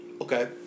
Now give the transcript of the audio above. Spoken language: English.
Okay